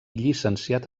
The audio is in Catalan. llicenciat